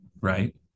right